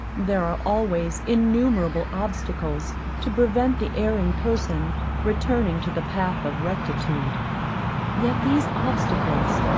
there are always innumerable obstacles to prevent the erring person returning to the path of rectitude yet these obstacles,